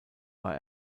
war